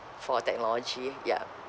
for technology ya